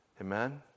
Amen